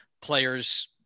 players